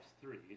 three